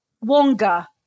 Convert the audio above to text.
Wonga